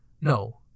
no